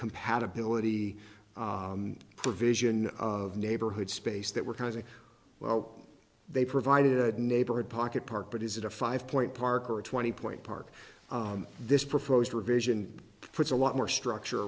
compatibility provision of neighborhood space that were kind of a well they provided neighborhood pocket park but is it a five point park or a twenty point park this proposed revision puts a lot more structure